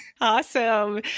Awesome